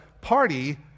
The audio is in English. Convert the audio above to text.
party